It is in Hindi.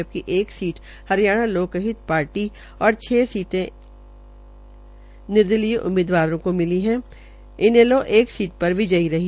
जबकि एक सीट हरियाणा लोक हित पार्टी और दो निर्दलीय उममीदवारों को छ इनैलो एक सीट पर विजयी रही